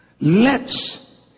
lets